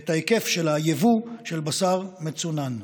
את היקף היבוא של בשר מצונן.